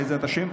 בעזרת השם,